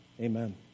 Amen